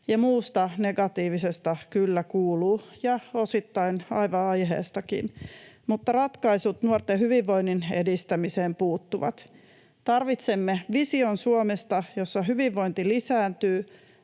muusta negatiivisesta kyllä kuuluu ja osittain aivan aiheestakin, mutta ratkaisut nuorten hyvinvoinnin edistämiseen puuttuvat. Tarvitsemme vision Suomesta, jossa hyvinvointi lisääntyy,